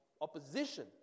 opposition